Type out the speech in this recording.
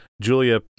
Julia